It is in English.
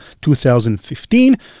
2015